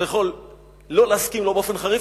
אתה יכול לא להסכים לו באופן חריף,